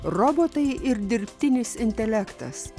robotai ir dirbtinis intelektas